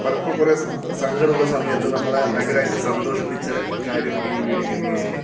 പലപ്പോൾ കുറേ സങ്കടമുള്ള സമയത്ത് നമ്മളെ ഭയങ്കരമായിട്ട് സന്തോഷിപ്പിച്ച കാര്യമാണ് ഈ വീഡീയോ ഗെയിം എന്ന് പറയുന്നത്